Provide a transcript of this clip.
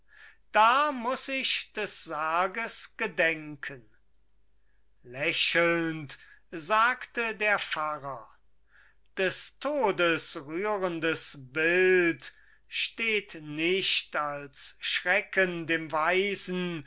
da muß ich des sarges gedenken lächelnd sagte der pfarrer des todes rührendes bild steht nicht als schrecken dem weisen